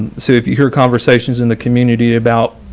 so if you hear conversations in the community about,